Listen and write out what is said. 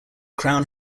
crown